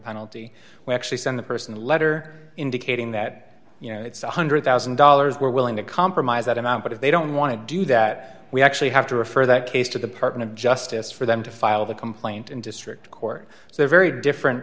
penalty when actually send the person letter indicating that you know it's one hundred thousand dollars we're willing to compromise that amount but if they don't want to do that we actually have to refer that case to the pardon of justice for them to file the complaint in district court so a very different